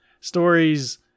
stories